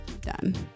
Done